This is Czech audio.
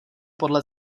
podle